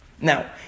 Now